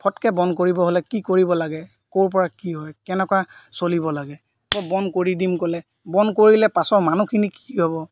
ফটকৈ বন্ধ কৰিব হ'লে কি কৰিব লাগে ক'ৰ পৰা কি হয় কেনেকুৱা চলিব লাগে বন্ধ কৰি দিম ক'লে বন্ধ কৰিলে পাছৰ মানুহখিনি কি হ'ব